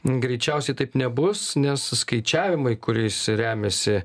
greičiausiai taip nebus nes skaičiavimai kuriais remiasi